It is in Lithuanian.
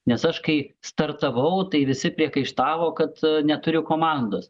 nes aš kai startavau tai visi priekaištavo kad neturiu komandos